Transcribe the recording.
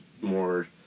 more